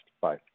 Bye